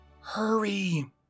Hurry